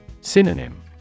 Synonym